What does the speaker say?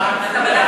בדקת את